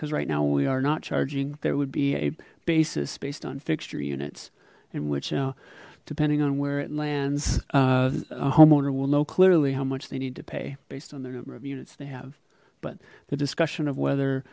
because right now we are not charging there would be a basis based on fixture units in which now depending on where it lands a homeowner will know clearly how much they need to pay based on the number of units they have but the discussion of whether